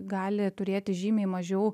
gali turėti žymiai mažiau